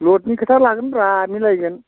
लदनि खोथा लागोनब्रा मिलायगोन